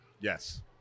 Yes